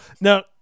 Now